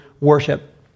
worship